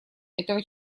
этого